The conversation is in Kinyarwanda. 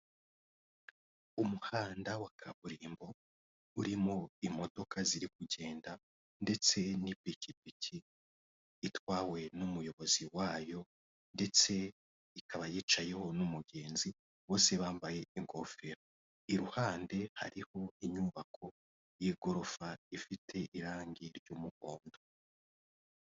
Umuhanda wa kaburimbo urimo imodoka ziri kugenda ndetse n'ipikipiki itwawe n'umuyobozi wayo ndetse ikaba yicayeho n'umugenzi, bose bambaye ingofero. Iruhande hariho inyubako y'igorofa ifite irangi ry'umuhondo